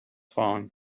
falling